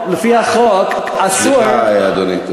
הבעיה שאתה לא שומע, סליחה, אדוני.